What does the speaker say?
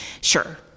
sure